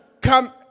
come